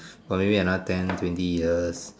for maybe another ten twenty years